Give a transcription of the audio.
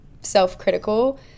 self-critical